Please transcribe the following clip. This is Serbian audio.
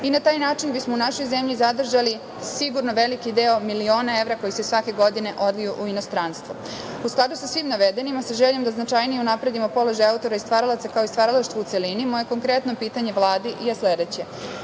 i na taj način bismo u našoj zemlji zadržali sigurno veliki deo, milione evra koji se svake godine odliju u inostranstvo.U skladu sa svim navedenim, a sa željom da značajnije unapredimo položaj autora i stvaralaca, kao i stvaralaštvo u celini, moje konkretno pitanje Vladi je sledeće